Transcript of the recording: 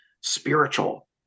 spiritual